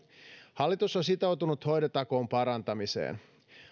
hallitus on sitoutunut hoitotakuun parantamiseen